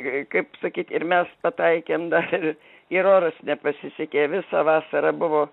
k kaip sakyt ir mes pataikėm dar ir oras nepasisekė visą vasarą buvo